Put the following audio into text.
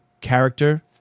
character